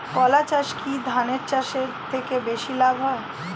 কলা চাষে কী ধান চাষের থেকে বেশী লাভ হয়?